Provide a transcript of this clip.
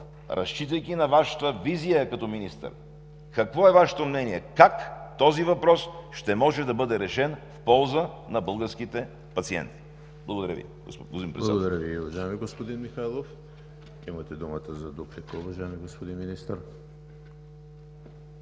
разчитайки на Вашата визия като министър, какво е Вашето мнение? Как този въпрос ще може да бъде решен в полза на българските пациенти? Благодаря Ви. ПРЕДСЕДАТЕЛ ЕМИЛ ХРИСТОВ: Благодаря Ви, уважаеми господин Михайлов. Имате думата за дуплика, уважаеми господин Министър.